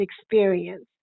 experience